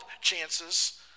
chances